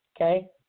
Okay